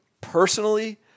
personally